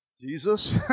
Jesus